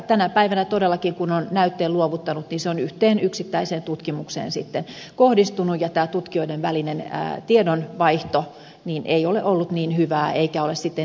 tänä päivänä todellakin kun on näytteen luovuttanut se on yhteen yksittäiseen tutkimukseen kohdistunut ja tämä tutkijoiden välinen tiedonvaihto ei ole ollut niin hyvää eikä ole sitten edistänyt